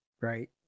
right